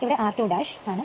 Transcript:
ഇത് r2 ആണ്